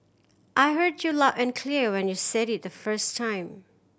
I heard you loud and clear when you said it the first time